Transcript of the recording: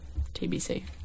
TBC